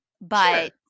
but-